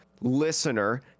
listener